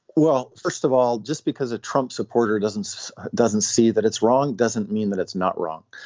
well first of all just because a trump supporter doesn't doesn't see that it's wrong doesn't mean that it's not wrong.